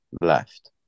left